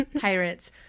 pirates